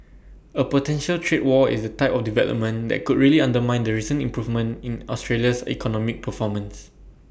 A potential trade war is the type of development that could really undermine the recent improvement in Australia's economic performance